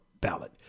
ballot